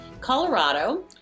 Colorado